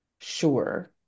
sure